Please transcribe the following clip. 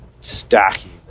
stacking